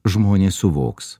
žmonės suvoks